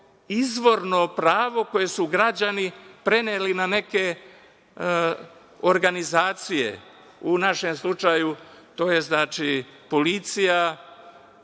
izvorno pravo koje su građani preneli na neke organizacije. U našem slučaju to je policija.